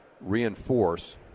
reinforce